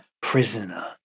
prisoner